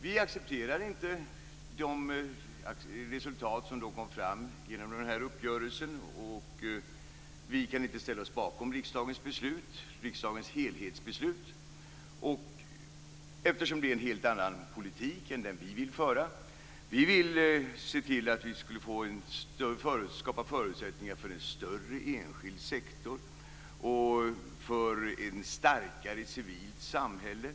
Vi accepterar inte de resultat som kom fram genom denna uppgörelse och kan inte ställa oss bakom riksdagens helhetsbeslut, eftersom det är en helt annan politik än den vi vill föra. Vi vill se till att skapa förutsättningar för en större enskild sektor och ett starkare civilt samhälle.